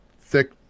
thick